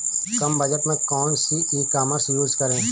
कम budget में कौन सी ई कॉमर्स यूज़ करें?